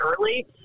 early